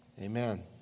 Amen